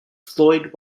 floyd